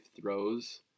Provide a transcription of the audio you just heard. throws